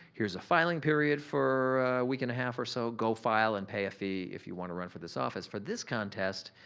here's a filing period for a week and a half or so. go file and pay a fee if you wanna run for this office. for this contest,